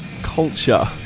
culture